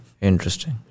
Interesting